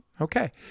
Okay